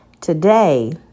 Today